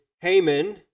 Haman